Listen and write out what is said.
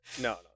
no